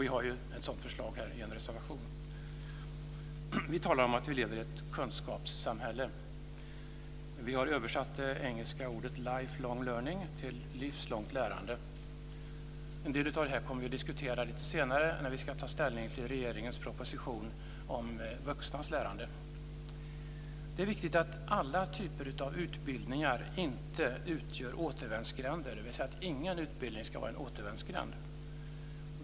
Vi har ett sådant förslag i en reservation. Vi talar om att vi lever i ett kunskapssamhälle. Vi har översatt de engelska orden life-long learning till livslångt lärande. En del av detta kommer vi att diskutera lite senare när vi ska ta ställning till regeringens proposition om vuxnas lärande. Det är viktigt att inte någon av de utbildningar som ges utgör en återvändsgränd.